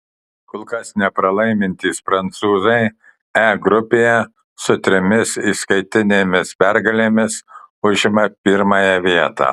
kol kas nepralaimintys prancūzai e grupėje su trimis įskaitinėmis pergalėmis užima pirmąją vietą